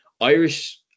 Irish